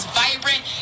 vibrant